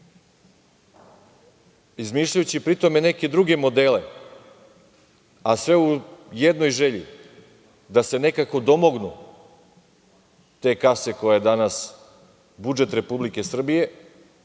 izmišljajući pri tom i neke druge modele, a sve u jednoj želji – da se nekako domognu te kase koja je danas budžet Republike Srbije